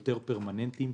יותר פרמננטיים.